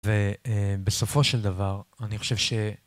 ובסופו של דבר, אני חושב ש...